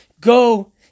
go